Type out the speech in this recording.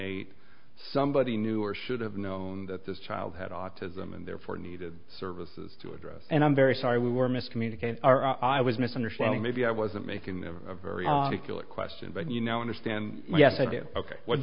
eight somebody knew or should have known that this child had autism and therefore needed services to address and i'm very sorry were miscommunication are i was misunderstanding maybe i wasn't making the very articulate question but you now understand yes i do ok what's